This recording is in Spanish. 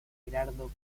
gerardo